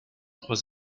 trois